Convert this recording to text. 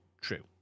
true